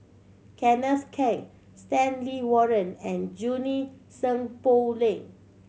Kenneth Keng Stanley Warren and Junie Sng Poh Leng